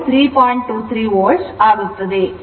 23 volt ಆಗುತ್ತದೆ